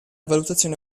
valutazione